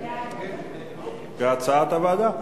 כהצעת הוועדה.